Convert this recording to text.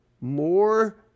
more